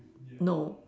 no